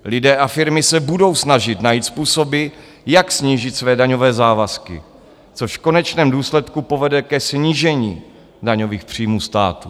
Lidé a firmy se budou snažit najít způsoby, jak snížit své daňové závazky, což v konečném důsledku povede ke snížení daňových příjmů státu.